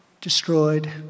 destroyed